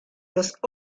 los